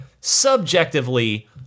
subjectively